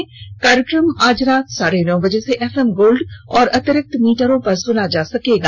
यह कार्यक्रम आज रात साढे नौ बजे से एफएम गोल्ड और अतिरिक्त मीटरों पर सुना जा सकता है